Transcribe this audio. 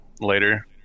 later